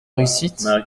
réussite